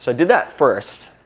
so did that first.